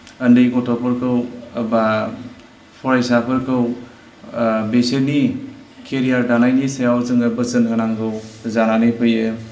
उन्दै गथ'फोरखौ बा फरायसाफोरखौ बिसोरनि केरियार दानायनि सायाव जोङो बोसोन होनांगौ जानानै फैयो